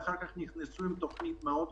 אחר כך נכנסו עם תוכנית מאוד גדולה,